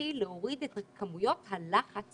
להתחיל להוריד את כמויות הלחץ